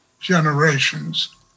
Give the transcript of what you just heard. generations